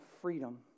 freedom